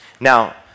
Now